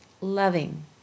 loving